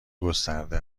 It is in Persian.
گسترده